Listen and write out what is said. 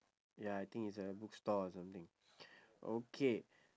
ya I think it's a book store or something okay